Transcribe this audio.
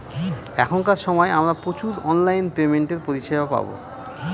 এখনকার সময় আমরা প্রচুর অনলাইন পেমেন্টের পরিষেবা পাবো